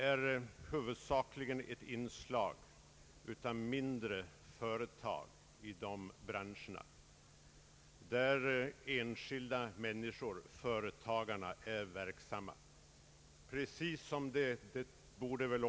I dessa branscher finns en mängd mindre företag där enskilda människor — företagare och anställda — är verksamma.